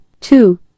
two